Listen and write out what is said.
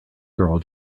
girl